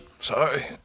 Sorry